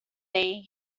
day